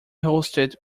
hosted